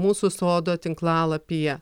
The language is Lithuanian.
mūsų sodo tinklalapyje